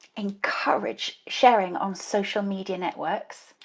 encourage sharing on social media networks,